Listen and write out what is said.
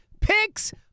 Picks